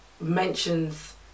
mentions